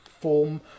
form